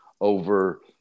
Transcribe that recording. over